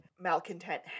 malcontent